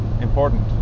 important